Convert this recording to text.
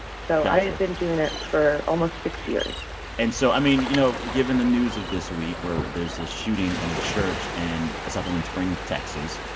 so i've been doing it for almost six years and so, i mean, you know, given the news of this week where there's a shooting in a church in sutherland spring, texas,